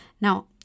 Now